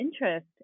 interest